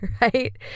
right